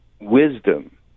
wisdom